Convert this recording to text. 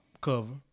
cover